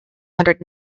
hundred